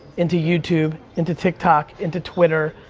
into youtube, into tik tok, into twitter,